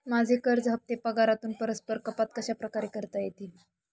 माझे कर्ज हफ्ते पगारातून परस्पर कपात कशाप्रकारे करता येतील?